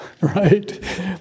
right